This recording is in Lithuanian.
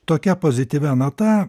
tokia pozityvia nata